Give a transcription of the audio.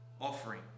offering